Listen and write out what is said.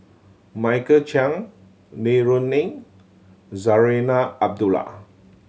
Michael Chiang Li Rulin Zarinah Abdullah